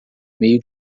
meio